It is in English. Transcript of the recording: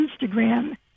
Instagram